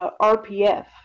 RPF